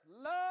love